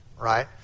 right